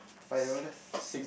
five dollars